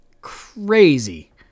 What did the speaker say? crazy